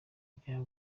bya